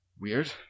Weird